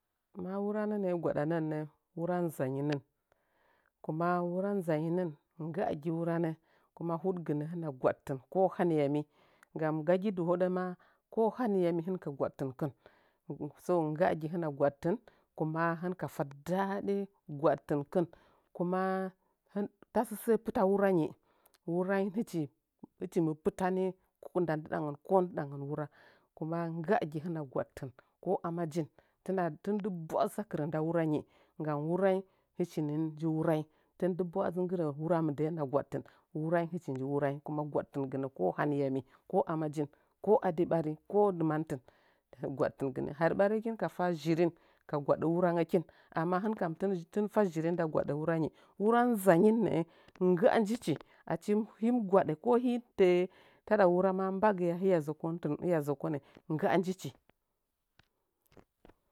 Ma wuranə nə’ə gwadənən nə wura nzənyi nɨn kuma wuna nzanyi nɨn nggaagi wuranə kuma hudəɨnə hɨnəa gwadtɨn ko hanayami nggani gahgi di hodə maa ko hanayalhi hɨn ka gwadtiukin so gaago hinəa gwadtɨn kuma hɨn ka ɗa daaɗe gwadtɨnkɨn kuma hɨn-tasə səə pɨta wurainggi wuraing hɨdin – hɨchin pitani nda ndɨdangən ko ndɨɗangən wura kuma nggaagi hɨnəa gwaɗfin ko ama jin tɨna-tɨn dɨ bwa’a zakirə nda hɨn nji wuraing tɨn dɨ bwa’a dzi nggirə wura mində hɨna gwadtin wuraing hɨchi nji wuraing kuma gwadtɨn ginə ko hanayani ko anya jin ko adi ɓari ko dʊnabtɨn gwadtingɨnə hari ɓari hɨkin ka fa zhirin ka gwadə wurangəkin amma hɨnkam tɨm zhi-tɨn fa zhiri nda gwadə wuranggi wura nzanyin nə’ə ngga njuchi a chi him gwadə ko hifə taɗa wura maa mbangɨye hiya zəkobɨn hiya zəkonə ngga njichi.